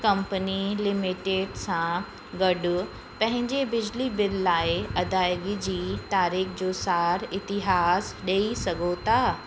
company limited सां गॾु पंहिंजे बिजली बिल लाइ अदाइगी जी तारीख़ जो सारु इतिहास ॾेई सघो था